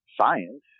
science